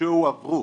שהועברו